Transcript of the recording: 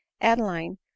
Adeline